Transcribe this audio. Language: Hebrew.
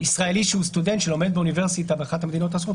ישראלי שהוא סטודנט שלומד באוניברסיטה באחת המדינות האסורות,